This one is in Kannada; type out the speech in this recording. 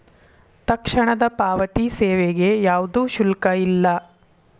ತಕ್ಷಣದ ಪಾವತಿ ಸೇವೆಗೆ ಯಾವ್ದು ಶುಲ್ಕ ಇಲ್ಲ